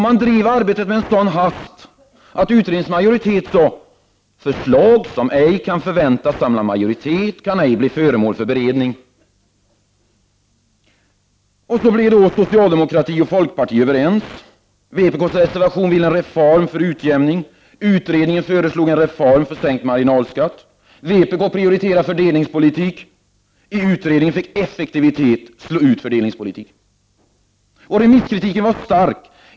Man bedrev arbetet med en sådan hast att utredningens majoritet sade: Förslag som ej kan förväntas samla majoritet kan ej bli föremål för beredning. Så blev socialdemokrater och folkpartister överens. Vi i vpk reserverade oss till förmån för en utjämningsreform. Utredningen föreslog en reform som skulle innebära sänkt marginalskatt. Vpk prioriterade fördelningspolitiken. I utredningen fick kraven på effektivitet slå ut fördelningspolitiken. Remisskritiken var stark.